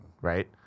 right